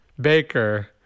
baker